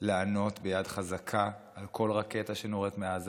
לענות ביד חזקה על כל רקטה שנורית מעזה,